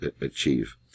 achieve